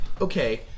Okay